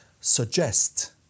suggest